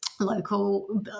local